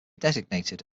designated